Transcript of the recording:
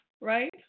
right